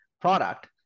product